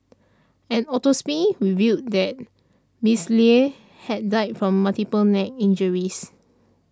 an autopsy revealed that Ms Lie had died from multiple neck injuries